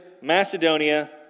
Macedonia